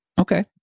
Okay